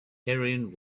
heroin